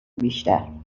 بیشتر